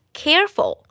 careful